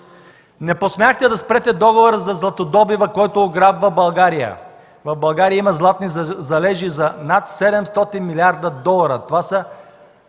Не посмяхте да спрете договора за златодобива, който ограбва България. В България има златни залежи за над 700 милиарда долара – това са